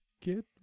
Get